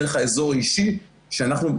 דרך האזור האישי שאנחנו,